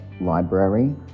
library